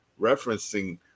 referencing